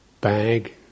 bag